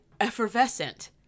effervescent